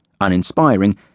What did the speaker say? uninspiring